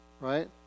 right